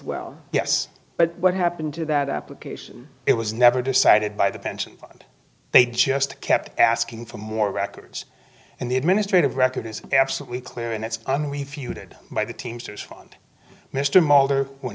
well yes but what happened to that application it was never decided by the pension fund they just kept asking for more records and the administrative record is absolutely clear and it's unrefuted by the teamsters fund mr molder when